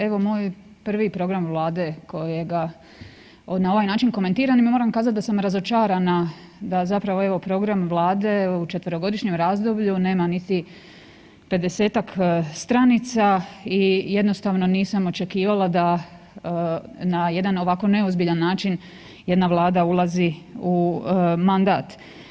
Evo moj prvi program Vlade kojega na ovaj način komentiram i moram kazati da sam razočarana da zapravo evo, program Vlade u 4-godišnjem razdoblju nema niti 50-tak stranica i jednostavno nisam očekivala da na jedan ovako neozbiljan način jedna Vlada ulazi u mandat.